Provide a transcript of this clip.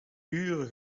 uren